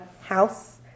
house